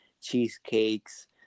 Cheesecakes